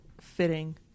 fitting